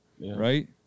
right